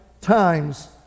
times